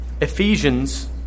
Ephesians